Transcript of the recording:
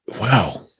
wow